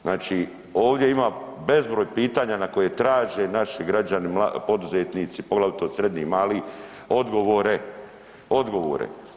Znači ovdje ima bezbroj pitanja na koje traži naši građani poduzetnici, poglavito srednji i mali odgovore, odgovore.